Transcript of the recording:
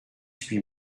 huit